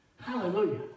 Hallelujah